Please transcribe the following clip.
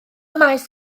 maes